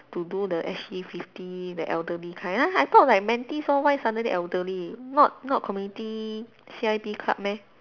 to do the S_G fifty the elderly kind !huh! I thought like mentees all why suddenly elderly not not community C_I_P club meh